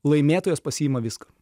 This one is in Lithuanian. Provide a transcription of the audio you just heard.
laimėtojas pasiima viską